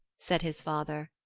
said his father,